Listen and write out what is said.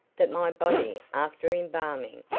that my body, after embalming,